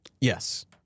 Yes